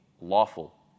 lawful